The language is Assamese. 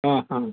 অঁ হ